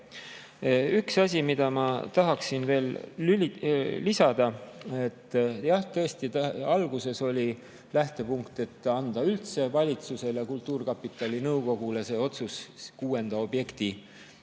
Üks asi, mida ma tahan veel lisada. Jah, tõesti, alguses oli see lähtepunkt, et anda üldse valitsusele ja kultuurkapitali nõukogule see [õigus] kuuenda objekti